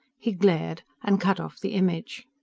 he glared, and cut off the image.